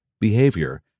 behavior